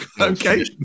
okay